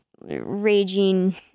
raging